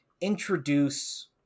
introduce